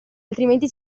altrimenti